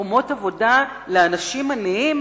מקומות עבודה לאנשים עניים?